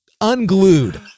unglued